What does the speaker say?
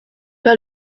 pas